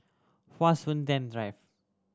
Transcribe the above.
Hua Sui Ten Drive